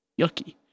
Yucky